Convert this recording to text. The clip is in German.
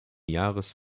jahres